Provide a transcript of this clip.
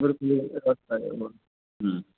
गुरुकुले व्यवस्था एव भवन्ति